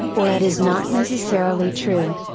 or it is not necessarily true.